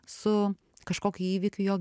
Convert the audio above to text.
su kažkokiu įvykiu jo